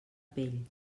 pell